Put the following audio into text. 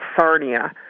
Sarnia